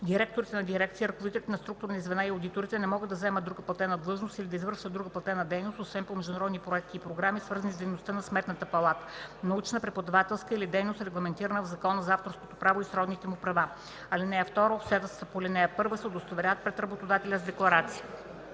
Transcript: Директорите на дирекции, ръководителите на структурни звена и одиторите не могат да заемат друга платена длъжност или да извършват друга платена дейност, освен по международни проекти и програми, свързани с дейността на Сметната палата, научна, преподавателска или дейност, регламентирана в Закона за авторското право и сродните му права. (2) Обстоятелствата по ал. 1 се удостоверяват пред работодателя с декларация.”